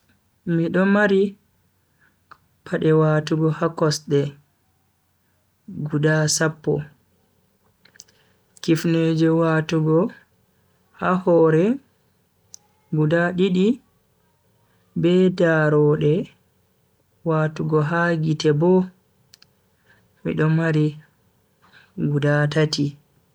Mido mari pade watugo ha kosde guda sappo, Kifneje watugo ha hore guda didi be daarode watugo ha gite bo mido mari guda tati.